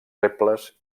rebles